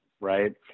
right